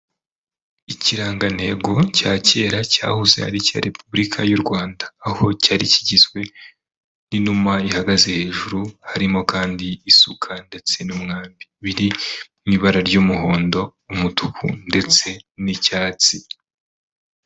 Ikirangantego cya kera cyahoze ari icya Repubulika y'u Rwanda, aho cyari kigizwe n'inuma ihagaze hejuru, harimo kandi isuka ndetse n'umwambi biri mu ibara ry'umuhondo, umutuku ndetse n'icyatsi.